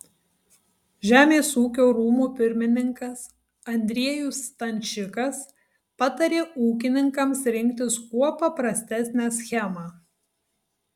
žemės ūkio rūmų pirmininkas andriejus stančikas patarė ūkininkams rinktis kuo paprastesnę schemą